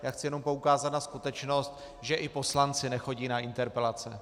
Já chci jenom poukázat na skutečnost, že i poslanci nechodí na interpelace.